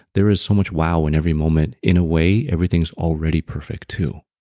there is so much wow in every moment in a way, everything's already perfect too